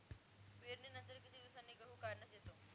पेरणीनंतर किती दिवसांनी गहू काढण्यात येतो?